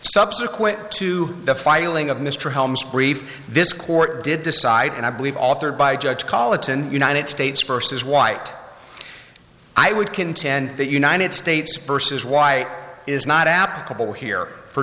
subsequent to the filing of mr helms brief this court did decide and i believe authored by judge college in united states versus white i would contend that united states versus white is not applicable here for